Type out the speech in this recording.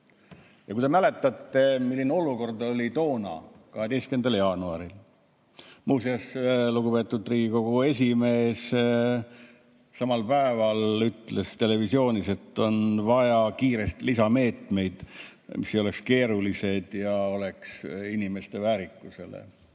Kas te mäletate, milline oli olukord toona, 12. jaanuaril? Muuseas, lugupeetud Riigikogu esimees samal päeval ütles televisioonis, et on vaja kiiresti lisameetmeid, mis ei oleks keerulised ja oleks inimeste väärikusele